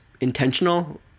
intentional